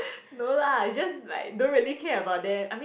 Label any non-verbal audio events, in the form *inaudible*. *breath* no lah it's just like don't really care about them I mean